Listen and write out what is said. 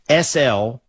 SL